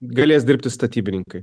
galės dirbti statybininkai